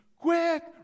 quick